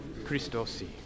Christosi